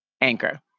Anchor